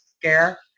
scare